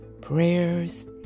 prayers